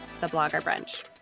thebloggerbrunch